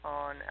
on